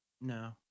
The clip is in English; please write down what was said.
no